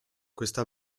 questa